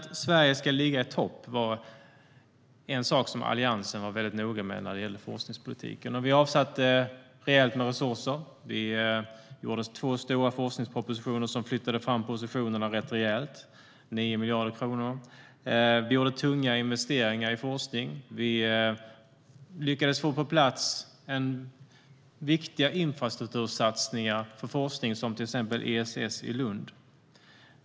Att Sverige ska ligga i topp var en sak som Alliansen var väldigt noga med när det gäller forskningspolitiken. Vi avsatte rejält med resurser. Det gjordes två stora forskningspropositioner som flyttade fram positionerna rätt rejält, 9 miljarder kronor. Vi gjorde tunga investeringar i forskning. Vi lyckades få på plats viktiga infrastruktursatsningar på forskning, till exempel ESS i Lund.